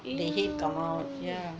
ew